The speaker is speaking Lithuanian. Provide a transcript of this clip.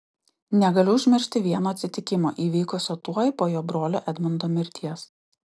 negaliu užmiršti vieno atsitikimo įvykusio tuoj po jo brolio edmundo mirties